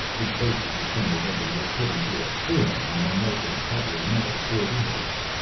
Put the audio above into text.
the base of the assembled engine was put into a form and the molten covering metal poured into it.